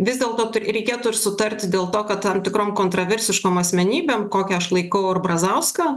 vis dėlto reikėtų ir sutarti dėl to kad tam tikrom kontraversiškom asmenybėm kokia aš laikau ir brazauską